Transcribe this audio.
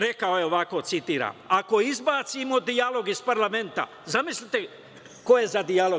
Rekao je ovako, citiram: „Ako izbacimo dijalog iz parlamenta“, zamislite ko je za dijalog?